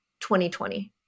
2020